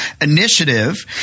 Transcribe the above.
initiative